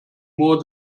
more